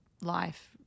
life